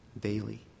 daily